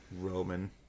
Roman